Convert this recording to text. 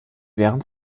während